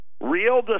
Real